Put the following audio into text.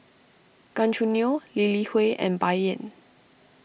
Gan Choo Neo Lee Li Hui and Bai Yan